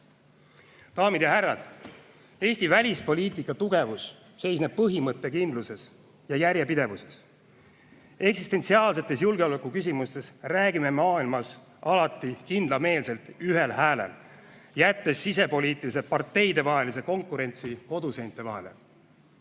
parem. Daamid ja härrad! Eesti välispoliitika tugevus seisneb põhimõttekindluses ja järjepidevuses. Eksistentsiaalsetes julgeolekuküsimustes räägime maailmas alati kindlameelselt ühel häälel, jättes sisepoliitilise parteidevahelise konkurentsi koduseinte vahele.